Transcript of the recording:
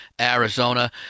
Arizona